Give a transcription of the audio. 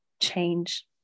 change